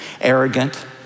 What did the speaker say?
arrogant